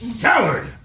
coward